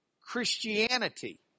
Christianity